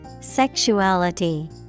Sexuality